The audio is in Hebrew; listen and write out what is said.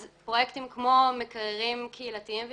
אז פרויקטים, כמו מקררים קהילתיים ושיתופיים,